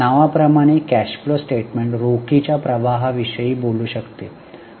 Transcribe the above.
नावा प्रमाणे cash flow statement रोखीच्या प्रवाहाविषयी बोलू शकते